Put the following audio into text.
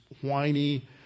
whiny